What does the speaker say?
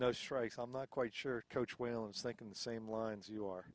no strikes i'm not quite sure coach whalen is thinking the same lines you are